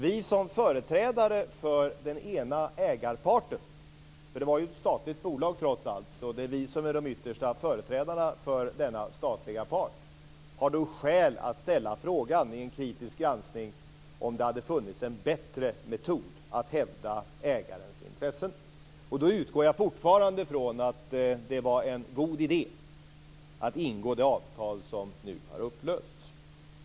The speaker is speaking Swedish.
Vi som företrädare för den ena ägarparten - för det var ju ett statligt bolag trots allt, och det är vi som är de yttersta företrädarna för denna statliga part - har då skäl att ställa frågan i en kritisk granskning huruvida det hade funnits en bättre metod att hävda ägarens intressen. Då utgår jag fortfarande ifrån att det var en god idé att ingå det avtal som nu har upplösts.